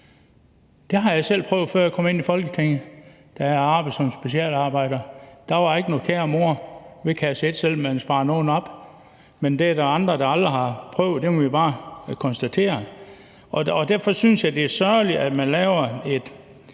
Det har jeg selv prøvet, før jeg kom ind i Folketinget, da jeg arbejdede som specialarbejder. Der var ingen kære mor ved kasse et, selv om man havde sparet nogle penge op, men det er der andre, der aldrig har prøvet. Det må vi bare konstatere. Derfor synes jeg, det er sørgeligt, at man laver et